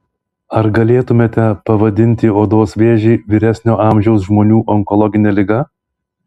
ar galėtumėte pavadinti odos vėžį vyresnio amžiaus žmonių onkologine liga